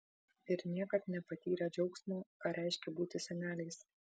ir niekad nepatyrę džiaugsmo ką reiškia būti seneliais